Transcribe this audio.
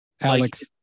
Alex